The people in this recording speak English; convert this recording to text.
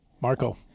Marco